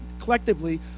collectively